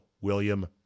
William